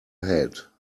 head